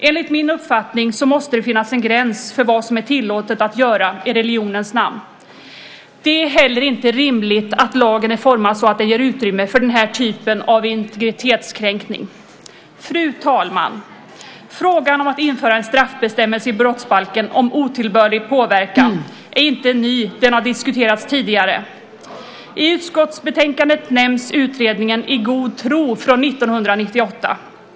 Enligt min uppfattning måste det finnas en gräns för vad som är tillåtet att göra i religionens namn. Det är inte rimligt att lagen är utformad så att den ger utrymme för den här typen av integritetskränkning. Fru talman! Frågan om att införa en straffbestämmelse i brottsbalken om otillbörlig påverkan är inte ny, den har diskuterats tidigare. I utskottsbetänkandet nämns utredningen I god tro från 1998.